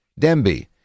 Demby